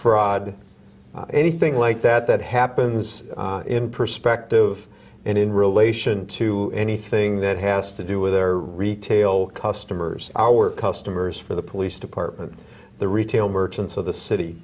fraud anything like that that happens in perspective and in relation to anything that has to do with their retail customers our customers for the police department the retail merchants of the city